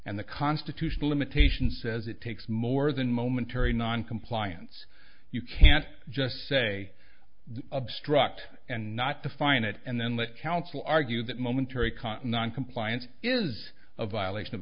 and the constitutional limitation says it takes more than momentary noncompliance you can't just say obstruct and not define it and then let counsel argue that momentary cotton on compliance is a violation of